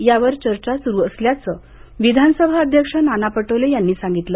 यावर चर्चा सुरु असल्याचं विधानसभा अध्यक्ष नाना पटोले यांनी सांगितलं